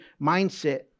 mindset